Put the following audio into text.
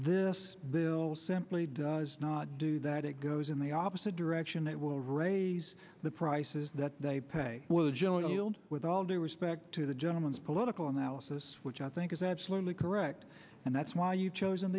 this simply does not do that it goes in the opposite direction it will raise the prices that they pay with all due respect to the gentleman's political analysis which i think is absolutely correct and that's why you've chosen